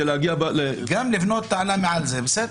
כדי להגיע --- תגדירו את זה אחרת.